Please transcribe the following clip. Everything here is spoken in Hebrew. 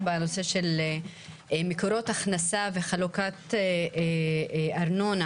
בנושא של מקורות הכנסה וחלוקת ארנונה,